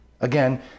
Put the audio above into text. Again